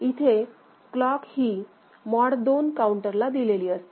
इथे क्लॉक ही मॉड 2 काउंटरला दिलेली असते